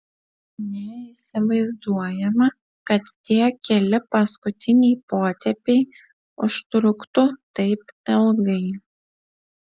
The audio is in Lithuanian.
neįsivaizduojama kad tie keli paskutiniai potėpiai užtruktų taip ilgai